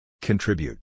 Contribute